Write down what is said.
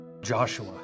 Joshua